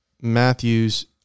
Matthews